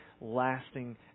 lasting